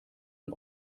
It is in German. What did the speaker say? ein